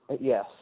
Yes